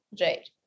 right